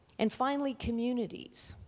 and finally communities,